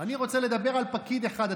אני רוצה לדבר על פקיד אחד.